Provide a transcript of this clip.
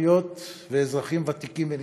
אזרחיות ואזרחים ותיקים ונכבדים,